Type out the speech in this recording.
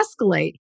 escalate